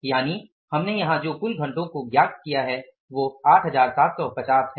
यानि हमने यहां जो कुल घंटों को ज्ञात किआ है वो 8750 है